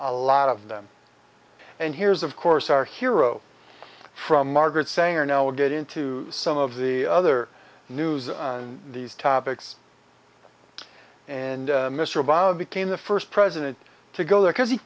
a lot of them and here's of course our hero from margaret sanger now we'll get into some of the other news on these topics and mr obama became the first president to go there because he